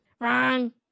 Wrong